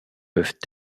peuvent